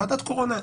ועדת קורונה,